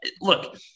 look